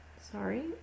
sorry